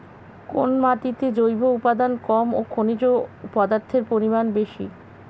কোন মাটিতে জৈব উপাদান কম ও খনিজ পদার্থের পরিমাণ বেশি?